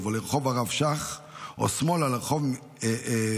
או לרחוב הרב שך או שמאלה לרחוב מצדה,